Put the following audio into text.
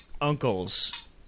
uncles